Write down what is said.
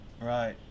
right